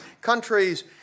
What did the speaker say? countries